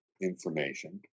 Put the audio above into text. information